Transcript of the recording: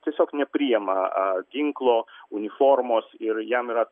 tiesiog nepriema a ginklo uniformos ir jam yra